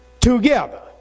together